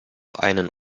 einen